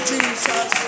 Jesus